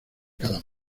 cada